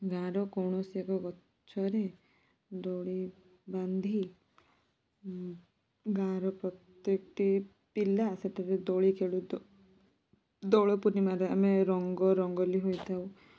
ଗାଁ ର କୌଣସି ଏକ ଗଛରେ ଦୋଳି ବାନ୍ଧି ଗାଁ ର ପ୍ରତ୍ୟେକଟି ପିଲା ସେଥିରେ ଦୋଳି ଖେଳୁ ଦୋ ଦୋଳପୂର୍ଣ୍ଣିମାରେ ଆମେ ରଙ୍ଗ ରଙ୍ଗୋଲି ହୋଇଥାଉ